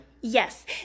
Yes